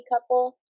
couple